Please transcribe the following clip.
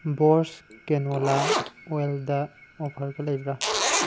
Borges canola ꯑꯣꯏꯜꯗ ꯑꯣꯐꯔꯒ ꯂꯩꯕ꯭ꯔꯥ